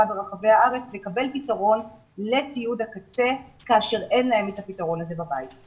ברחבי הארץ לקבל פתרון לציוד הקצה כאשר אין להם את הפתרון הזה בבית.